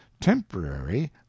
temporary